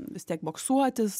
vis tiek boksuotis